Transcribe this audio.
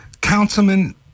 Councilman